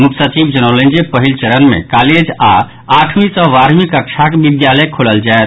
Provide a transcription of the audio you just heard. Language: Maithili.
मुख्य सचिव जनौलनि जे पहिल चरण मे कॉलेज आओर आठवीं सँ बारहवी कक्षाक विद्यालय खोलल जायत